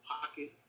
pocket